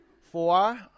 four